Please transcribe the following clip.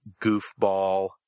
goofball